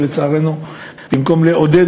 ולצערנו במקום לעודד,